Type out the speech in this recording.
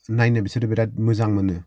नायनो बिसोरो बिराद मोजां मोनो